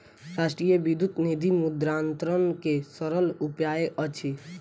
राष्ट्रीय विद्युत निधि मुद्रान्तरण के सरल उपाय अछि